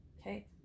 Okay